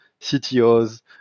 CTOs